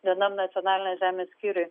vienam nacionalinės žemės skyriuj